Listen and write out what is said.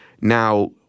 now